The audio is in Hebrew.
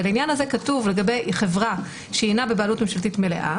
ולעניין הזה כתוב לגבי חברה שהינה בבעלות ממשלתית מלאה